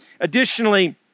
Additionally